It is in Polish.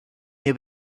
nie